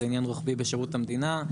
זה עניין רוחבי בשירות המדינה.